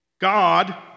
God